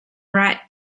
write